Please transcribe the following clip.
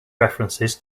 references